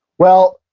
well,